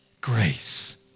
Grace